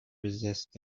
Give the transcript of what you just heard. resist